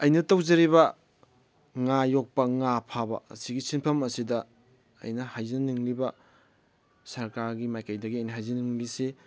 ꯑꯩꯅ ꯇꯧꯖꯔꯤꯕ ꯉꯥ ꯌꯣꯛꯄ ꯉꯥ ꯐꯥꯕ ꯑꯁꯤꯒꯤ ꯁꯤꯟꯐꯝ ꯑꯁꯤꯗ ꯑꯩꯅ ꯍꯥꯏꯖꯅꯤꯡꯂꯤꯕ ꯁꯔꯀꯥꯔꯒꯤ ꯃꯥꯏꯀꯩꯗꯒꯤ ꯑꯩꯅ ꯍꯥꯏꯖꯅꯤꯡꯂꯤꯁꯤ